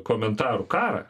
komentarų karą